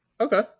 okay